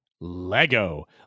Lego